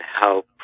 help